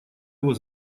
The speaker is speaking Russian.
его